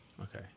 Okay